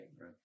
right